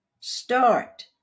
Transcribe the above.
Start